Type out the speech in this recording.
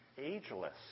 ageless